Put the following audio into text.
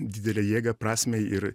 didelę jėgą prasmei ir